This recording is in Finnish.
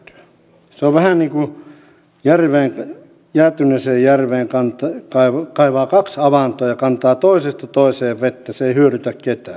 se on vähän niin kun jäätyneeseen järveen kaivaa kaksi avantoa ja kantaa toisesta toiseen vettä se ei hyödytä ketään